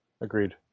Agreed